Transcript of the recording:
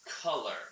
color